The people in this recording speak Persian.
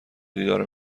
دیدارم